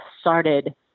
started